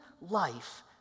life